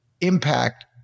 impact